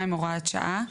62, הוראת שעה)